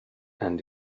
and